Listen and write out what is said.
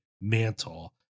mantle